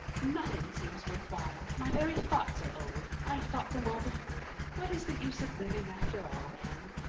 nothing seems worthwhile. my very thoughts are old. i've thought them all before. what is the use of living after all, anne?